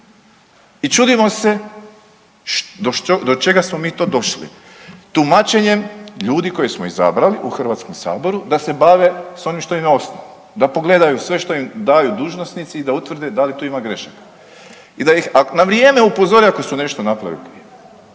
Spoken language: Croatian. i čudimo se do čega smo mi to došli, tumačenjem ljudi koje smo izabrali u HS-u da se bave s onim što im je osnovno, da pogledaju sve što im daju dužnosnici i da utvrde da li tu ima grešaka i da ih na vrijeme upozore ako su nešto napravili